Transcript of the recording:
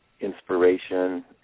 inspiration